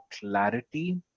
clarity